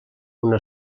una